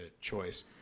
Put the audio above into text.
choice